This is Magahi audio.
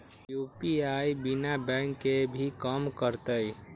यू.पी.आई बिना बैंक के भी कम करतै?